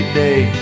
day